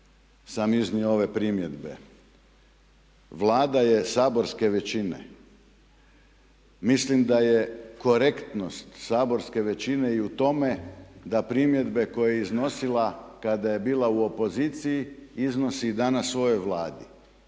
sam iznio ove primjedbe. Vlada je saborske većine, mislim da je korektnost saborske većine i u tome da primjedbe koje je iznosila kada je bila u opoziciji iznosi i danas svojoj Vladi